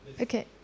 Okay